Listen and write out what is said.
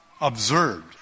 observed